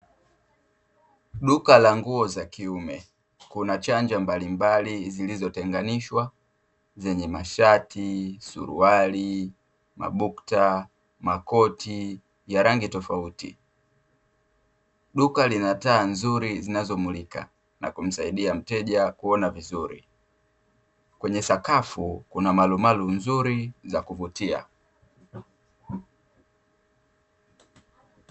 Duka la nguo za kiume; kuna chanja mbalimbali zilizotenganishwa zenye masharti, suruali, mabukta, makoti ya rangi tofauti. Duka lina taa nzuri zinazomulika na kumsaidia mteja kuona vizuri. Kwenye sakafu kuna malumalu nzuri za kuvutia.